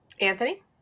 Anthony